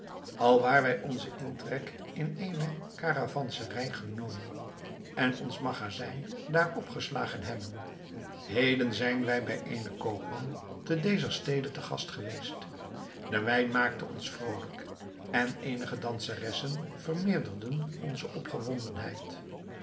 alwaar wij onzen intrek in eene karavanserij genomen en ons magazijn daar opgeslagen hebben heden zijn wij bij eenen koopman te dezer stede te gast geweest de wijn maakte ons vrolijk en eenige danseressen vermeerderden onze